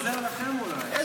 היציב שעוזר לכם, אולי.